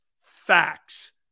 Facts